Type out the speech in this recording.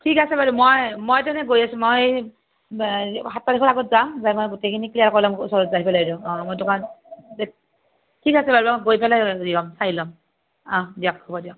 ঠিক আছে বাৰু মই মই তেন্তে গৈ আছোঁ মই সাত তাৰিখৰ আগত যাম যাই মই গোটেইখিনি ক্লিয়াৰ কৰি ল'ম ওচৰত যাই পেলাই দিয়ক মই দোকানত গৈ ঠিক আছে বাৰু মই গৈ পেলে চাই ল'ম দিয়ক হ'ব দিয়ক